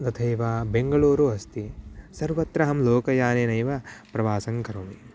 तथैव बेङ्गळूरु अस्ति सर्वात्रहं लोकयानेनैव प्रवासं करोमि